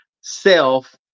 self